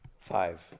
five